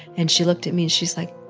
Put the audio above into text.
and she looked at me, and she's like,